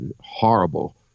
horrible